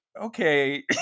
okay